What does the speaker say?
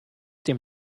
dem